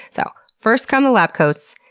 so first come the lab coats,